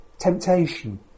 Temptation